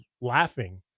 laughing